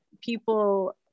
people